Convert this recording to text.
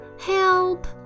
Help